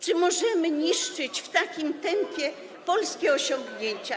Czy możemy niszczyć w takim tempie polskie osiągnięcia?